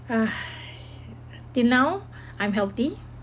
kay now I'm healthy